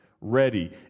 ready